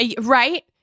Right